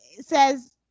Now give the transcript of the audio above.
says